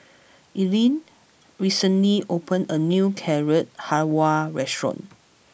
Ilene recently opened a new Carrot Halwa restaurant